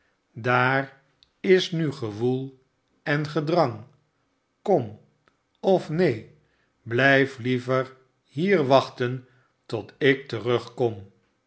daar is nu gewoel en gedrang kom of neen blijf liever hier wachten tot ik terugkom